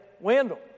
Wendell